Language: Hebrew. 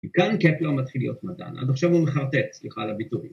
‫וכאן קפלר מתחיל להיות מדען. ‫עד עכשו הוא מחרטט, סליחה על הביטוי.